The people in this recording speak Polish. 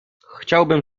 chciałbym